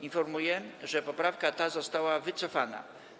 Informuję, że poprawka ta została wycofana.